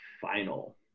final